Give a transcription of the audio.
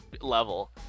level